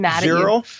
zero